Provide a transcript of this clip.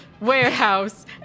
warehouse